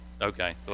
Okay